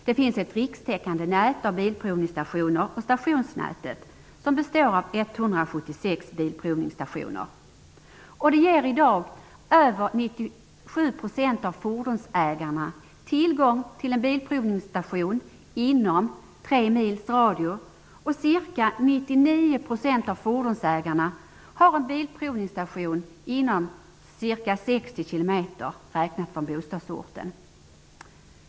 Det finns ett rikstäckande nät av bilprovningsstationer och stationsnätet består av 176 bilprovningsstationer. Det ger i dag över 97 % av fordonsägarna tillgång till en bilprovningsstation inom 3 mils radie, och ca 99 % av fordonsägarna har en bilprovningsstation inom ca 60 km räknat från bostadsorten.